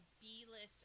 B-list